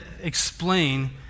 explain